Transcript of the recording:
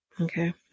Okay